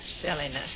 silliness